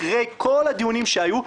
אחרי כל הדיונים שהיו,